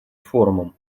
форумом